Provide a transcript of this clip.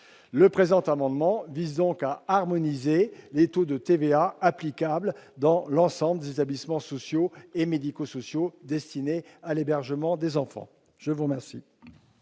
Le présent amendement vise donc à harmoniser les taux de TVA applicables dans l'ensemble des établissements sociaux et médico-sociaux destinés à l'hébergement des enfants. L'amendement